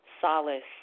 solace